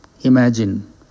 Imagine